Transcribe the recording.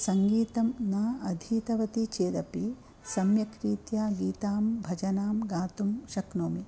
सङ्गीतं न अधीतवती चेदपि सम्यक् रीत्या गीतां भजनां गातुं शक्नोमि